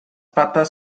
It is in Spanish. patas